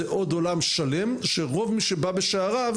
זה עוד עולם שלם שרוב מי שבא בשעריו